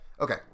Okay